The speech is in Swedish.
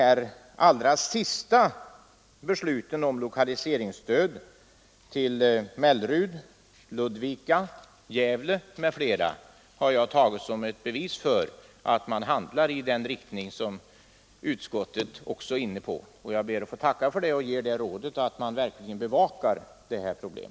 De allra senaste besluten om lokaliseringsstöd till Mellerud, Ludvika, Gävle m.fl. platser har jag tagit som ett bevis för att man handlar på det sätt som utskottet också är inne på. Jag tackar för den insatsen och ger regeringen rådet att verkligen bevaka detta problem.